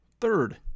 Third